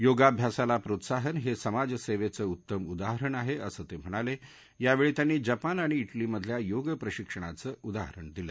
योगाभ्यासाला प्रोत्साहन ह सिमाज सद्धित उत्तम उदाहरण आहअिसं त व्हिणाला आवळी त्यांनी जपान आणि डिलीमधल्या योग प्रशिक्षणाचं उदाहरण दिलं